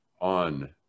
on